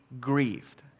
grieved